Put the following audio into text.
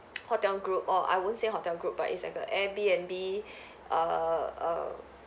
hotel group or I won't say hotel group but it's like a airbnb err err